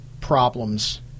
problems